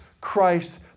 Christ